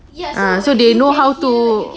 ah so they know how to